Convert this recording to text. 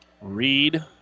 Reed